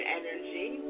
energy